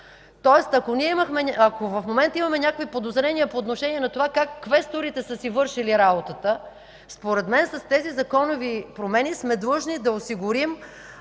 Тоест, ако в момента имаме някакви подозрения по отношение на това как квесторите са си вършили работата, според менe с тези законови промени сме длъжни да осигурим